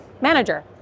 manager